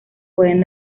pueden